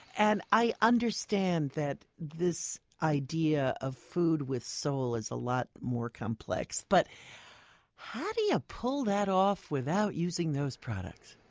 and i understand that this idea of food with soul is a lot more complex, but how do you pull that off without using those products?